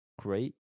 great